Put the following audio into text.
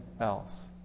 else